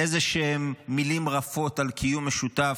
איזשהן מילים רפות על קיום משותף,